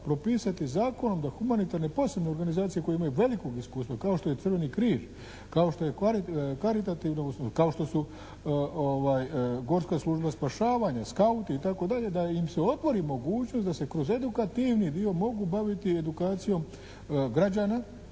propisati zakonom da humanitarne posebne organizacije koje imaju velikog iskustva kao što je Crveni križ, kao što je karitativno … /Ne razumije se./ … kao što su gorske službe spašavanja, skauti itd. da im se otvori mogućnost da se kroz edukativni dio mogu baviti edukacijom građana